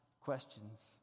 questions